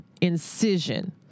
incision